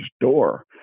door